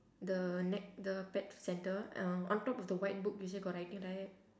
the neck the pet centre um on top of the white book you see got writing right